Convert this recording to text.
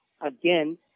again